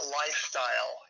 lifestyle